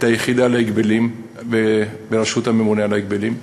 היחידה להגבלים בראשות הממונה על ההגבלים,